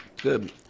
Good